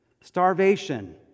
starvation